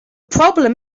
problem